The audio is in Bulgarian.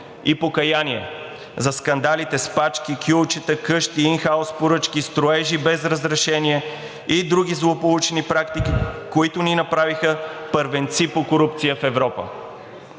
и покаяние за скандалите с пачки, кюлчета, къщи, ин хаус поръчки, строежи без разрешение и други злополучни практики, които ни направиха първенци по корупция в Европа.